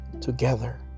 together